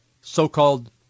so-called